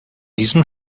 diesem